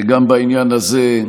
גם בעניין הזה,